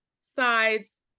sides